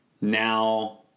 now